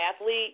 athlete